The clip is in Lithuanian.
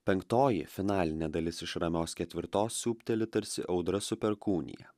penktoji finalinė dalis iš ramios ketvirtos siūbteli tarsi audra su perkūnija